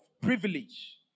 privilege